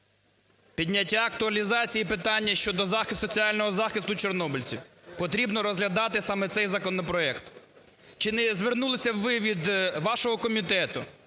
підняття актуалізації питання щодо соціального захисту чорнобильців, - потрібно розглядати саме цей законопроект? Чи не звернулися б ви від вашого комітету